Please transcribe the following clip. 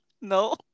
No